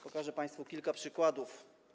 Pokażę państwu kilka przykładów.